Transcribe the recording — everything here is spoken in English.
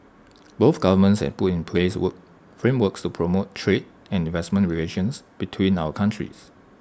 both governments have put in place work frameworks to promote trade and investment relations between our countries